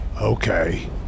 okay